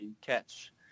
Catch